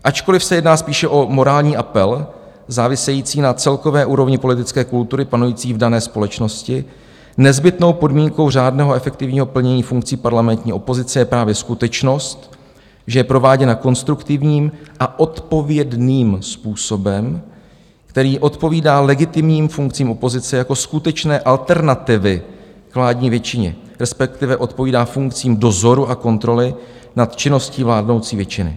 Ačkoliv se jedná spíše o morální apel závisející na celkové úrovni politické kultury panující v dané společnosti, nezbytnou podmínkou řádného a efektivního plnění funkcí parlamentní opozice je právě skutečnost, že je prováděna konstruktivním a odpovědným způsobem, který odpovídá legitimním funkcím opozice jako skutečné alternativy k vládní většině, resp. odpovídá funkcím dozoru a kontroly nad činností vládnoucí většiny.